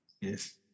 Yes